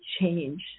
change